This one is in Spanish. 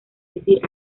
decir